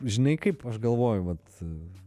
žinai kaip aš galvoju vat